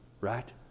right